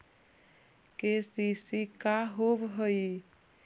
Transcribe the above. KCC का होव हइ?